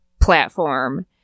platform